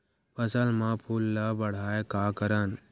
फसल म फूल ल बढ़ाय का करन?